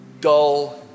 dull